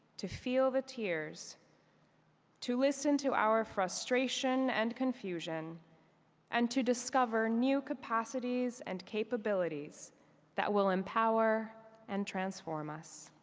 to feel the tears to listen to our frustration and confusion and to discover new capacities and capabilities that will empower and transform us.